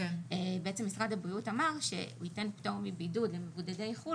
בעצם משרד הבריאות אמר שניתן פטור מבידוד למבודדי חו"ל